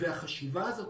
והחשיבה הזאת,